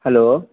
hello